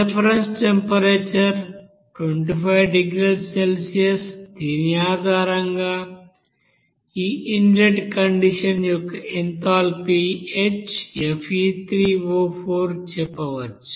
reference temperature 25 డిగ్రీల Celsius దీని ఆధారంగా ఈ ఇన్లెట్ కండిషన్ యొక్క ఎంథాల్పీ HFe3O4 చెప్పవచ్చు